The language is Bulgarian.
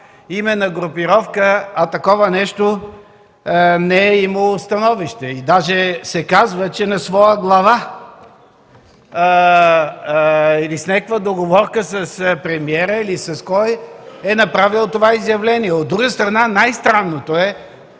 име на групировка, а по това нещо не е имало становище. И даже се казва, че на своя глава или в някаква договорка с премиера (или с кой), е направил това изявление. От друга страна най-странното е